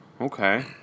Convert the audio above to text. Okay